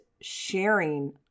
sharing